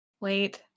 Wait